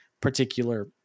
particular